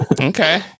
okay